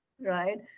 right